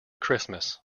christmas